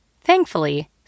Thankfully